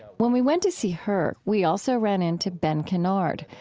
when we went to see her, we also ran into ben cannard,